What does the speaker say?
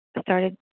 started